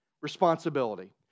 responsibility